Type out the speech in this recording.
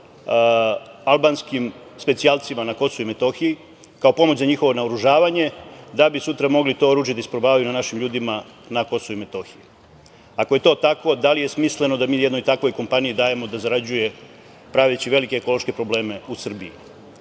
albanskim specijalcima na KiM, kao pomoć za njihovo naoružavanje da bi sutra mogli to oružje da isprobavaju na našim ljudima na KiM? Ako je to tako, da li je smisleno da mi jednoj takvoj kompaniji dajemo da zarađuje praveći velike ekološke probleme u Srbiji? Druga